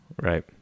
Right